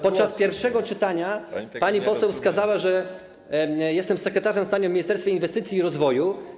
Podczas pierwszego czytania pani poseł wskazała, że jestem sekretarzem stanu w Ministerstwie Inwestycji i Rozwoju.